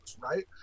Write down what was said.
right